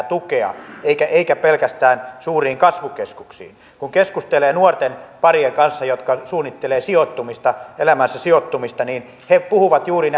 tukea ei pelkästään suuriin kasvukeskuksiin kun keskustelee nuortenparien kanssa jotka suunnittelevat sijoittumista elämänsä sijoittumista niin he puhuvat juuri